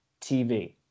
TV